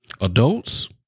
Adults